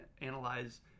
analyze